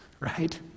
right